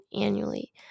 annually